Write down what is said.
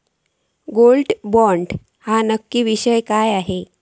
Gold bond ह्यो नक्की विषय काय आसा?